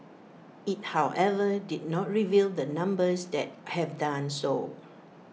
IT however did not reveal the numbers that have done so